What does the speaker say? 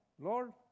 Lord